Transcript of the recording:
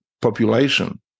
population